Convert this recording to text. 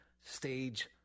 stage